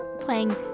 playing